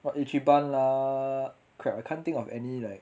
what ichiban lah crap I can't think of any like